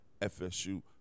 FSU